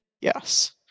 Yes